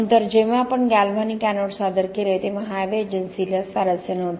नंतर जेव्हा आपण गॅल्व्हॅनिक एनोड्स सादर केले तेव्हा हायवे एजन्सीला स्वारस्य नव्हते